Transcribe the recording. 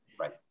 Right